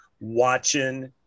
watching